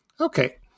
Okay